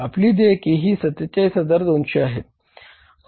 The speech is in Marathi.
आपली देयके ही 47200 आहेत